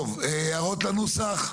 טוב, הערות לנוסח?